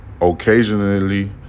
occasionally